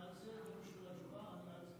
אני על זה.